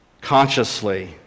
consciously